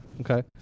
Okay